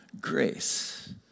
grace